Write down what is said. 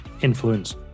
influence